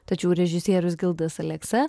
tačiau režisierius gildas aleksa